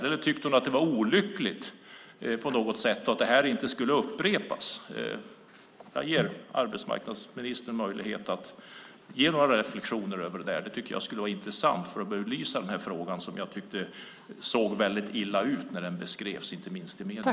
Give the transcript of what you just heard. Eller tycker hon att det var olyckligt och att det inte ska upprepas? Jag ger arbetsmarknadsministern möjlighet att göra några reflexioner. Det skulle vara intressant för att belysa denna fråga, som såg så illa ut när den beskrevs i medierna.